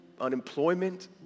unemployment